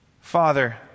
Father